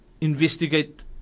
investigate